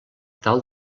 tal